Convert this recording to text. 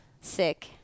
sick